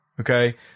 Okay